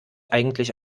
eigentlich